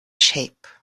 shape